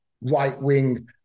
right-wing